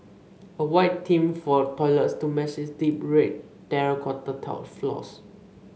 a white theme for the toilets to match its deep red terracotta tiled floors